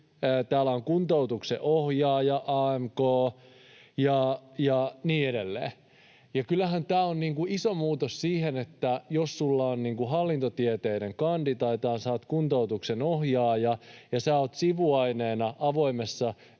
täällä on kuntoutuksen ohjaaja AMK, ja niin edelleen. Kyllähän tämä on iso muutos siihen, että jos olet hallintotieteiden kandi tai kuntoutuksen ohjaaja ja olet sivuaineena avoimessa